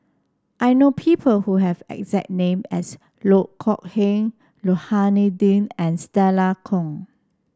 I know people who have exact name as Loh Kok Heng Rohani Din and Stella Kon